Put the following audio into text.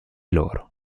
loro